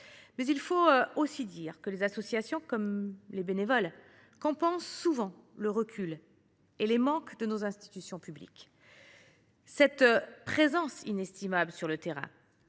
Mais il faut aussi dire que les associations, comme les bénévoles, compensent souvent le recul et les manques de nos institutions publiques. Cette présence inestimable sur le terrain